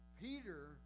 Peter